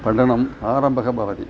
पठनस्य आरम्भं भवति